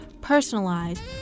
personalized